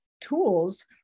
tools